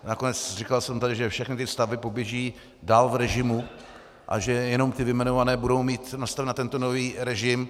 Nakonec říkal jsem tady, že všechny ty stavby poběží dál v režimu a že jenom ty vyjmenované budou mít nastaveny na tento nový režim.